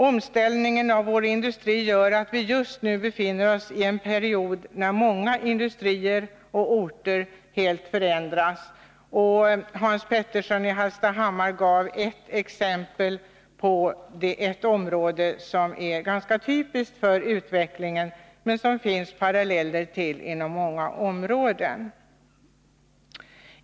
Omställningen av vår industri gör att vi just nu befinner oss i en period när många industrier och orter helt förändras. Hans Petersson i Hallstahammar gav ett exempel från ett område som är ganska typiskt för utvecklingen. Men det finns paralleller inom många områden.